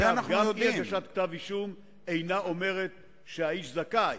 אגב, גם אי-הגשת כתב אישום אינה אומר שהאיש זכאי.